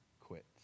quit